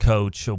Coach